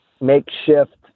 makeshift